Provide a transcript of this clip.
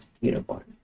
unicorn